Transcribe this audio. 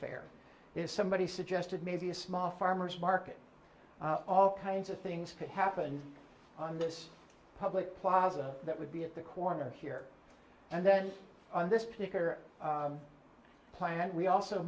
faire is somebody suggested maybe a small farmers market all kinds of things to happen on this public plaza that would be at the corner here and then on this particular plant we also